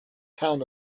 town